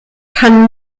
kann